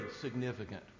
significant